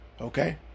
Okay